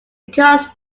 because